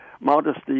modesty